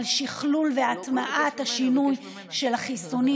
על שכלול והטמעת השינוי של החיסונים,